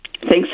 Thanks